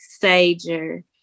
Sager